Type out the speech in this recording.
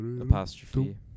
Apostrophe